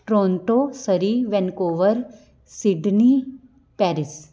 Toronto Surrey Vancouver Sydney Paris